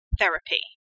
therapy